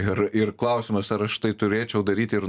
ir ir klausimas ar aš tai turėčiau daryti ir